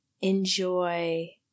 enjoy